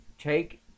take